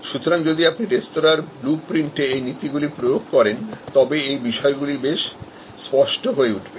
সুতরাং যদি আপনি রেস্তোঁরার blue প্রিন্টে এই নীতিগুলি প্রয়োগ করেন তবে এই বিষয়গুলি বেশ স্পষ্ট হয়ে উঠবে